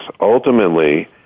Ultimately